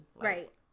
right